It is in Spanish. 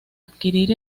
adquirir